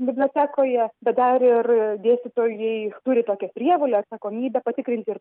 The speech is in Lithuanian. bibliotekoje bet dar ir dėstytojai turi tokią prievolę atsakomybę patikrinti ir